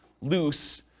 loose